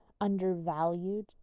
undervalued